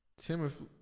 Timothy